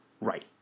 right